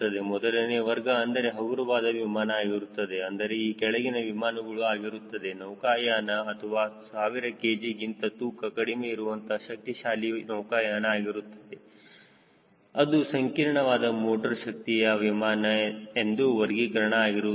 ಮೊದಲನೇ ವರ್ಗ ಅಂದರೆ ಹಗುರವಾದ ವಿಮಾನ ಆಗಿರುತ್ತದೆ ಅಂದರೆ ಈ ಕೆಳಗಿನ ವಿಮಾನಗಳು ಆಗಿರುತ್ತದೆ ನೌಕಾಯಾನ ಅಥವಾ 1000kgಗಿಂತ ತೂಕ ಕಡಿಮೆ ಇರುವ ಶಕ್ತಿ ಚಾಲಿತ ನೌಕಾಯಾನ ಆಗಿರುತ್ತದೆ ಅದು ಸಂಕೀರ್ಣವಾದ ಮೋಟರ್ ಶಕ್ತಿಯ ವಿಮಾನ ಎಂದು ವರ್ಗೀಕರಣ ಆಗಿರುವುದಿಲ್ಲ